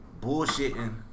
bullshitting